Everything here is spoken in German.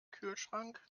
kühlschrank